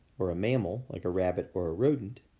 or a mammal, like a rabbit or a rodent,